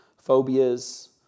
phobias